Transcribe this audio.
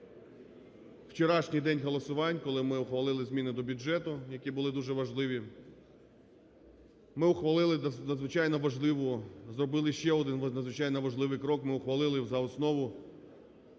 вчорашній день голосувань, коли ми ухвалили зміни до бюджету, які були дуже важливі. Ми ухвалили надзвичайно важливу… зробили ще один надзвичайно важливий крок: ми ухвалили за основу